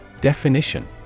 Definition